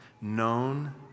known